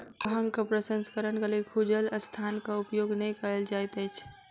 भांगक प्रसंस्करणक लेल खुजल स्थानक उपयोग नै कयल जाइत छै